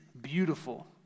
beautiful